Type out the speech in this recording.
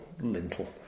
lintel